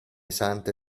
sante